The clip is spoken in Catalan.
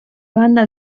banda